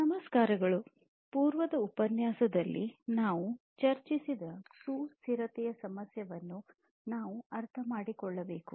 ಹಿಂದಿನ ಉಪನ್ಯಾಸದಲ್ಲಿ ನಾವು ಚರ್ಚಿಸಿದ ಸುಸ್ಥಿರತೆಯ ಸಮಸ್ಯೆಯನ್ನು ನಾವು ಅರ್ಥಮಾಡಿಕೊಳ್ಳಬೇಕು